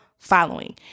following